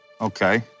Okay